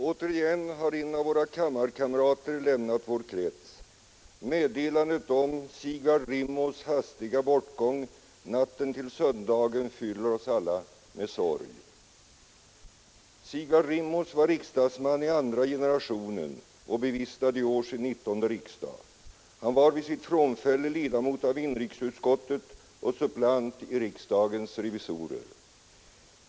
Återigen har en av våra kammarkamrater lämnat vår krets. Meddelandet om Sigvard Rimås” hastiga bortgång natten till söndagen fyller oss alla med sorg. Sigvard Rimås var riksdagsman i andra generationen och bevistade i år sin nittonde riksdag. Han var vid sitt frånfälle ledamot av inrikesutskottet och suppleant i riksdagens revisorer.